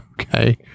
Okay